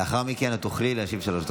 לאחר מכן את תוכלי להשיב בשלוש דקות.